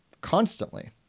constantly